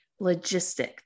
logistic